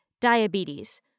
diabetes